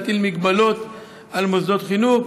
להטיל הגבלות על מוסדות חינוך,